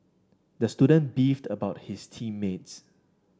the student beefed about his team mates